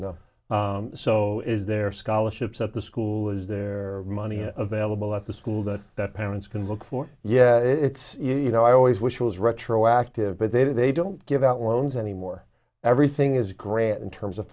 so is there scholarships at the school is there money available at the school that that parents can look for yeah it's you know i always wish was retroactive but they do they don't give out loans anymore everything is granted in terms of